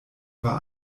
war